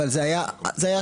זה היה משולש,